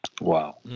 Wow